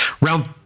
round